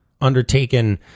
undertaken